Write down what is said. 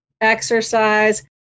exercise